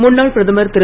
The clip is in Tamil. முன்னாள் பிரதமர் திரு